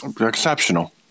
Exceptional